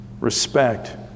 Respect